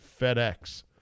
FedEx